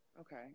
Okay